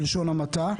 בלשון המעטה.